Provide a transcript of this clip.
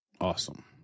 Awesome